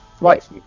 Right